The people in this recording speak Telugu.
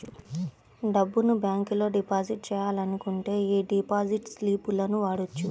డబ్బును బ్యేంకులో డిపాజిట్ చెయ్యాలనుకుంటే యీ డిపాజిట్ స్లిపులను వాడొచ్చు